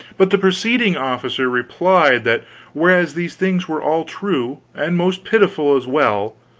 but the prosecuting officer replied that whereas these things were all true, and most pitiful as well,